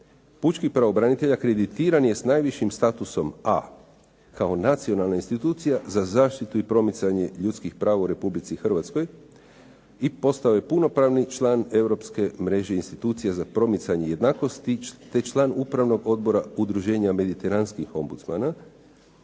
pučki pravobranitelj kreditiran je sa najvišim statusom a, kao nacionalna institucija za zaštitu i promicanje ljudskih prava u Republici Hrvatskoj i postao je punopravni član europske mreže institucija za promicanje jednakosti te član upravnog odbora udruženja mediteranskih …/Govornik